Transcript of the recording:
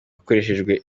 hakoreshejwe